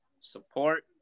Support